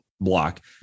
block